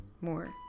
more